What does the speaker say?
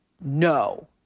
no